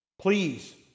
Please